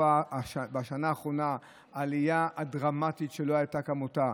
ובשנה האחרונה הייתה עלייה דרמטית שלא הייתה כמותה.